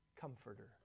Comforter